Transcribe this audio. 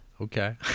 okay